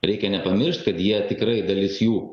reikia nepamiršt kad jie tikrai dalis jų